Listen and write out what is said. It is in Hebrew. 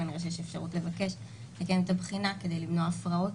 כנראה שיש אפשרות לבקש לקיים את הבחינה כדי למנוע הפרעות.